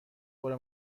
برو